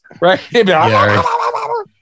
right